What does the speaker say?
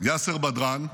היה שם יאסר בדראן,